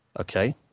Okay